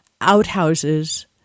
outhouses